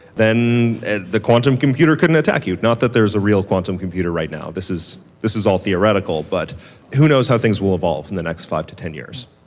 then and the quantum computer couldn't attack you. not that there is a real quantum computer right now. this this is all theoretical, but who knows how things will evolve in the next five to ten years?